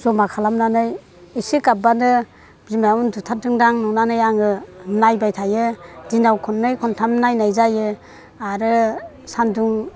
जमा खालामनानै इसे गाब्लाबानो बिमाया उन्दुथारदों दां नंनानै आंङो नायबाय थायो दिनाव खननै खन्थाम नायनाय जायो आरो सान्दुं